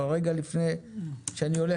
אבל רגע שאני הולך.